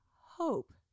hope